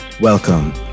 Welcome